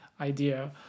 idea